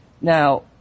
Now